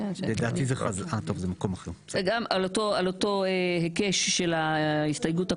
זה גם על אותו היקש של ההסתייגות הקודמת.